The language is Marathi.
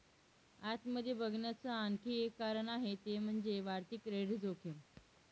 आत मध्ये बघण्याच आणखी एक कारण आहे ते म्हणजे, वाढती क्रेडिट जोखीम